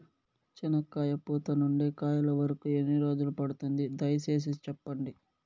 చెనక్కాయ పూత నుండి కాయల వరకు ఎన్ని రోజులు పడుతుంది? దయ సేసి చెప్పండి?